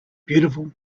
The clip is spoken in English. beautiful